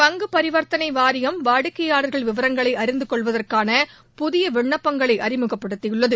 பங்கு பரிவர்த்தனை வாரியம் வாடிக்கையாளர்கள் விவரங்களை அறிந்து கொள்வதற்கான புதிய விண்ணப்பங்களை அறிமுகப்படுத்தியுள்ளது